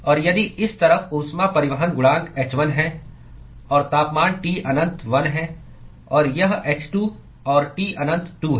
और यदि इस तरफ ऊष्मा परिवहन गुणांक h1 है और तापमान T अनंत 1 है और यह h2 और T अनंत 2 है